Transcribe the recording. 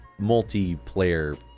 multiplayer